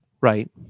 Right